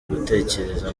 gutekereza